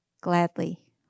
gladly